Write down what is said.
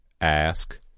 Ask